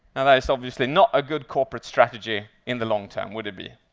and that is obviously not a good corporate strategy in the long term, would it be?